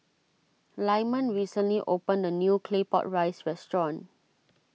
Lyman recently opened a new Claypot Rice restaurant